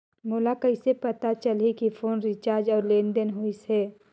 मोला कइसे पता चलही की फोन रिचार्ज और लेनदेन होइस हे?